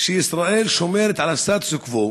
שישראל שומרת על הסטטוס-קוו,